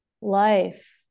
life